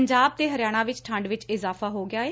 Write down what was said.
ਪੰਜਾਬ ਤੇ ਹਰਿਆਣਾ ਵਿਚ ਠੰਡ ਵਿਚ ਇਜਾਫ਼ਾ ਹੋ ਗਿਆ ਏ